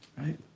right